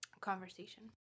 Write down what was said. conversation